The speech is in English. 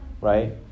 right